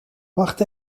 wacht